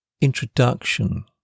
introduction